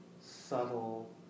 subtle